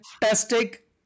fantastic